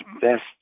best